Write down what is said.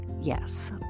yes